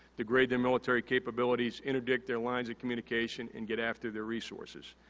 degrade their military capabilities, interdict their lines of communication, and get after their resources.